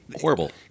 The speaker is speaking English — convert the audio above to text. horrible